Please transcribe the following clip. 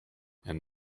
and